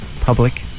public